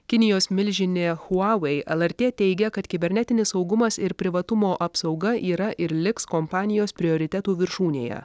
kinijos milžinė huawei lrt teigia kad kibernetinis saugumas ir privatumo apsauga yra ir liks kompanijos prioritetų viršūnėje